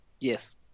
Yes